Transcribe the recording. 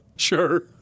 sure